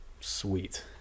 sweet